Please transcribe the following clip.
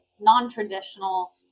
non-traditional